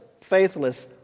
faithless